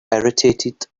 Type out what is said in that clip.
irritated